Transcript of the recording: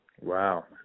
Wow